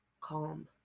calm